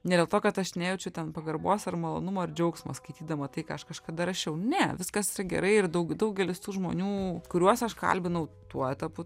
ne dėl to kad aš nejaučiu ten pagarbos ar malonumo ar džiaugsmo skaitydama tai ką aš kažkada rašiau ne viskas yra gerai ir daug daugelis tų žmonių kuriuos aš kalbinau tuo etapu